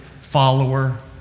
follower